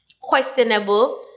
questionable